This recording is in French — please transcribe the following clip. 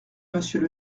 monsieur